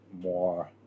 more